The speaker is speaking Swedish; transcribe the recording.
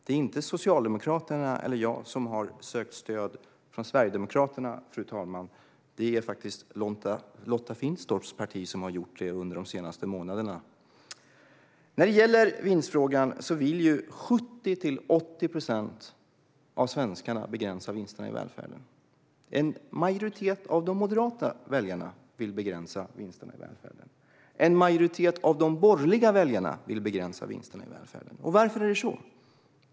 Det är inte jag eller Socialdemokraterna som har sökt stöd från Sverigedemokraterna; det är faktiskt Lotta Finstorps parti som har gjort det under de senaste månaderna. Mellan 70 och 80 procent av svenskarna vill begränsa vinsterna i välfärden. En majoritet av de moderata väljarna vill begränsa vinsterna i välfärden. En majoritet av de borgerliga väljarna vill begränsa vinsterna i välfärden. Varför är det så?